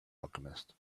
alchemist